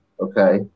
Okay